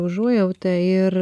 užuojauta ir